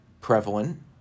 prevalent